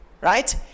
right